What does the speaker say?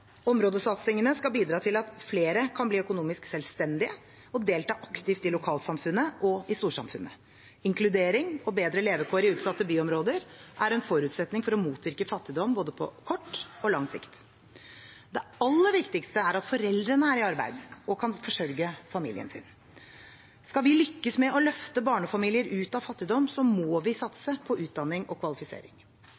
Områdesatsingene skal bidra til at flere skal bli økonomisk selvstendige, og delta aktivt i lokalsamfunnet og i storsamfunnet. Inkludering og bedre levekår i utsatte byområder er en forutsetning for å motvirke fattigdom på både kort og lang sikt. Det aller viktigste er at foreldrene er i arbeid og kan forsørge familien sin. Skal vi lykkes med å løfte barnefamilier ut av fattigdom, må vi